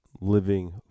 living